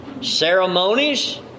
ceremonies